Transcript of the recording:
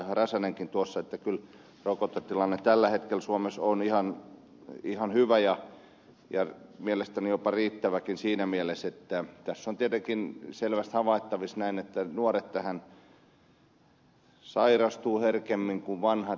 räsänenkin tuossa että kyllä rokotetilanne tällä hetkellä suomessa on ihan hyvä mielestäni jopa riittävä siinä mielessä että tässä on tietenkin selvästi havaittavissa että nuoret tähän sairastuvat herkemmin kuin vanhat